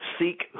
Seek